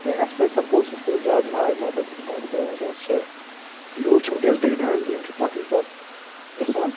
کیٛازِ اَسہِ پَزِ سَپوٹسَس سۭتۍ زیادٕ ماے محبت تہِ تھاوُن تِکیٛازِ وٕنکٮ۪ن چھِ یوٗتھ چھُ وٕنکٮ۪نَس بِگڈان یِم چھِ پَتھٕے پَتہٕ گَژھان